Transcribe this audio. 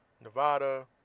Nevada